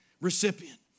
recipient